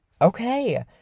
Okay